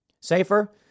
Safer